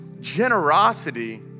Generosity